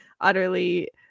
utterly